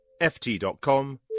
ft.com